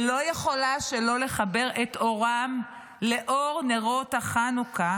ולא יכולה שלא לחבר את אורם לאור נרות החנוכה,